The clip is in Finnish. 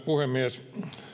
puhemies